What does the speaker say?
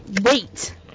wait